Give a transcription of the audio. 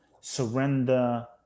surrender